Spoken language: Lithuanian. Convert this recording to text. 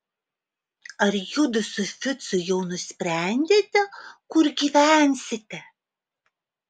ar judu su ficu jau nusprendėte kur gyvensite